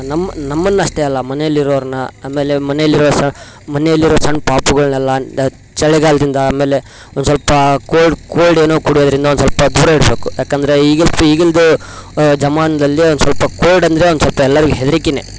ನಮ್ಮ ನಮ್ಮನ್ನಷ್ಟೆ ಅಲ್ಲ ಮನೇಲಿರೋರ್ನ ಆಮೇಲೆ ಮನೇಲಿರೋ ಸ ಮನೇಲಿರೋ ಸಣ್ಣ ಪಾಪುಗಳನ್ನೆಲ್ಲ ದ ಚಳಿಗಾಲದಿಂದ ಆಮೇಲೆ ಒಂದುಸ್ವಲ್ಪಾ ಕೋಲ್ಡ್ ಕೋಲ್ಡ್ ಏನು ಕುಡಿಯೋದರಿಂದ ಒಂದುಸ್ವಲ್ಪ ದೂರ ಇಡಬೇಕು ಯಾಕೆಂದ್ರೆ ಈಗಿನ್ ಈಗಿನ್ದ್ ಜಮಾನದಲ್ಲಿ ಒಂದುಸ್ವಲ್ಪ ಕೋಲ್ಡ್ ಅಂದರೆ ಒಂದುಸ್ವಲ್ಪ ಎಲ್ಲಾರಿಗು ಹೆದ್ರಕಿನೆ